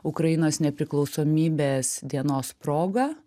ukrainos nepriklausomybės dienos proga